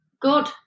good